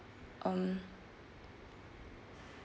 um